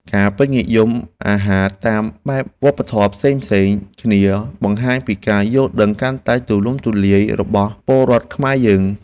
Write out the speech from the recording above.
ការពេញនិយមអាហារតាមបែបវប្បធម៌ផ្សេងៗគ្នាបង្ហាញពីការយល់ដឹងកាន់តែទូលំទូលាយរបស់ពលរដ្ឋខ្មែរយើង។